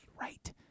right